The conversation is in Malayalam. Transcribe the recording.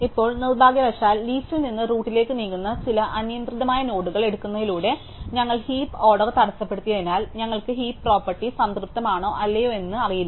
ഇപ്പോൾ നിർഭാഗ്യവശാൽ ലീഫിൽ നിന്ന് റൂട്ടിലേക്ക് നീങ്ങുന്ന ചില അനിയന്ത്രിതമായ നോഡുകൾ എടുക്കുന്നതിലൂടെ ഞങ്ങൾ ഹീപ്പ് ഓർഡർ തടസ്സപ്പെടുത്തിയതിനാൽ ഞങ്ങൾക്ക് ഹീപ് പ്രോപ്പർട്ടി സംതൃപ്തമാണോ അല്ലയോ എന്ന് ഞങ്ങൾക്ക് അറിയില്ല